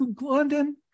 London